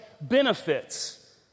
benefits